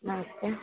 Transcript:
now okay